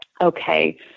okay